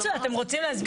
אתם רוצים להסביר להם?